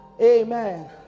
Amen